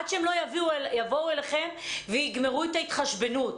עד שהם לא יבואו אליכם ויגמרו את ההתחשבנות.